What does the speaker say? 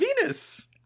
Venus